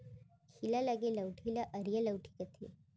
खीला लगे लउठी ल अरिया लउठी कथें